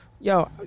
yo